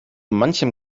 manchem